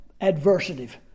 adversative